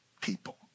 people